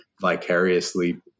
vicariously